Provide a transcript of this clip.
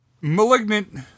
Malignant